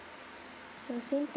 so same thing